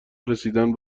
رسیدن